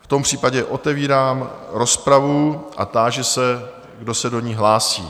V tom případě otevírám rozpravu a táži se, kdo se do ní hlásí?